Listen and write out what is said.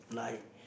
like